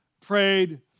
prayed